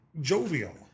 jovial